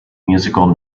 musical